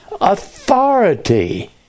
authority